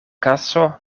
kaso